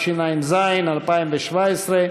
התשע"ז 2017,